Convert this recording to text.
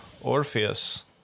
Orpheus